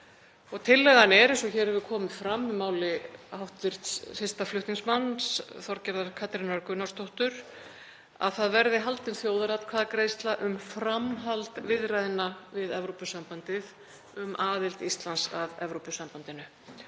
Tillagan er, eins og hér hefur komið fram í máli hv. fyrsta flutningsmanns, Þorgerðar Katrínar Gunnarsdóttur, að það verði haldin þjóðaratkvæðagreiðsla um framhald viðræðna við Evrópusambandið um aðild Íslands að Evrópusambandinu.